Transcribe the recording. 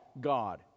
God